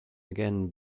again